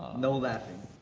no laughing.